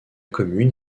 commune